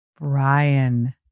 Brian